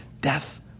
death